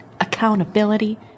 accountability